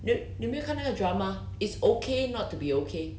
你你有没有看那个 drama it's okay not to be okay